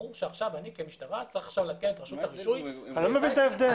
אני לא מבין את ההבדל.